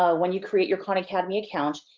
ah when you create your khan academy account,